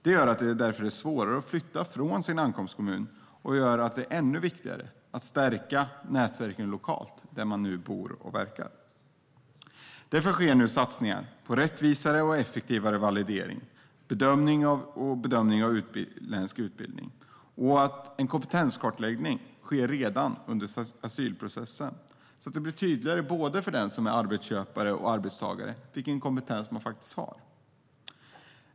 Det gör det svårare att flytta från ankomstkommunen, vilket gör det än viktigare att stärka nätverken lokalt, där man bor och verkar. Därför sker nu satsningar på rättvisare och effektivare validering och bedömning av utländsk utbildning. En kompetenskartläggning ska ske redan under asylprocessen så att det blir tydligt för både arbetsköpare och arbetstagare vilken kompetens den sökande faktiskt har.